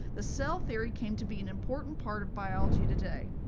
the cell theory came to be an important part of biology today.